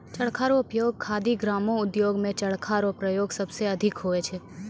चरखा रो उपयोग खादी ग्रामो उद्योग मे चरखा रो प्रयोग सबसे अधिक हुवै छै